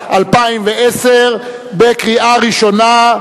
התשע"א 2010, בקריאה ראשונה.